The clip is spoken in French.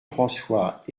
françois